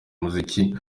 umuziki